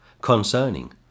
concerning